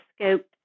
scope